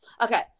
okay